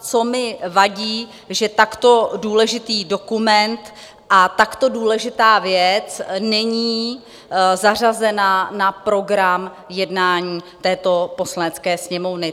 Co mi vadí, že takto důležitý dokument a takto důležitá věc není zařazena na program jednání této Poslanecké sněmovny.